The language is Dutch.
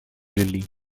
juli